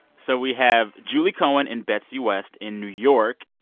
so we have julie cohen and betsy west in new york.